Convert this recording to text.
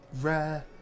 rare